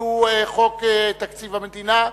שהוא חוק תקציב המדינה.